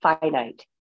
finite